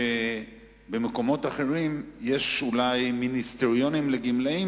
שבמקומות אחרים יש אולי מיניסטריונים לגמלאים